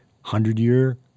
hundred-year